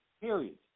period